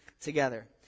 together